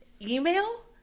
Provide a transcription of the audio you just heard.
email